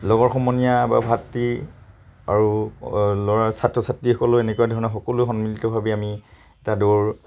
লগৰ সমনীয়া বা ভাতৃ আৰু ল'ৰা ছাত্ৰ ছাত্ৰীসকলো এনেকুৱা ধৰণৰ সকলোৱে সন্মিলিতভাৱে আমি তাত দৌৰ